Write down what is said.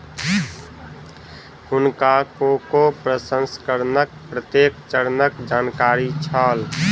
हुनका कोको प्रसंस्करणक प्रत्येक चरणक जानकारी छल